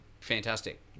fantastic